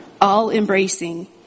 all-embracing